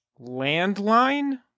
Landline